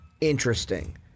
interesting